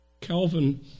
Calvin